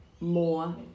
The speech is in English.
more